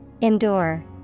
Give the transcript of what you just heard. Endure